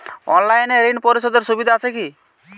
অনলাইনে ঋণ পরিশধের সুবিধা আছে কি?